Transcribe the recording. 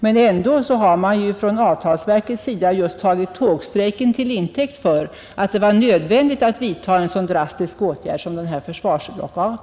Men ändå har avtalsverket tagit just tågstrejken till intäkt för att det var nödvändigt att vidta en så drastisk åtgärd som denna försvarslockout.